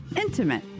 intimate